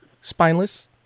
spineless